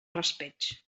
raspeig